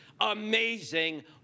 amazing